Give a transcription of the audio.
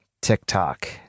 TikTok